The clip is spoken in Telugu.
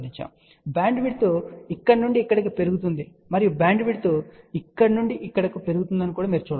కాబట్టి బ్యాండ్విడ్త్ ఇక్కడ నుండి ఇక్కడకు పెరుగుతుందని మరియు బ్యాండ్విడ్త్ ఇక్కడ నుండి ఇక్కడకు పెరుగుతుందని మీరు చూడవచ్చు